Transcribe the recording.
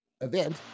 event